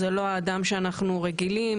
זה לא האדם שאנחנו רגילים,